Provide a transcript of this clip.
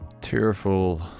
tearful